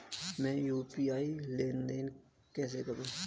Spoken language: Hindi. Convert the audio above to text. मैं यू.पी.आई लेनदेन कैसे करूँ?